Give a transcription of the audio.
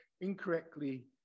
incorrectly